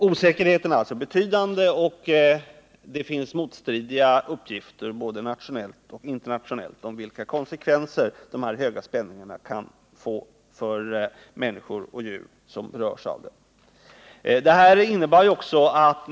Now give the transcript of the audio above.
Osäkerheten är alltså betydande, och det finns motstridiga uppgifter, både nationellt och internationellt, om vilka konsekvenser de höga spänningarna kan få för människor och djur som berörs av dem.